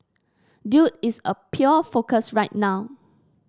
dude is a pure focus right now